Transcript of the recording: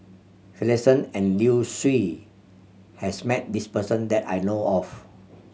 Finlayson and Liu Si has met this person that I know of